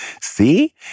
See